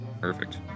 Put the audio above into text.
Perfect